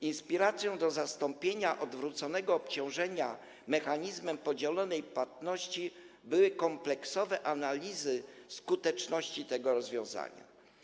Inspiracją do zastąpienia odwróconego obciążenia mechanizmem podzielonej płatności były kompleksowe analizy skuteczności tego rozwiązania.